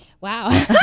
Wow